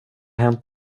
hänt